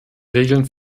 regeln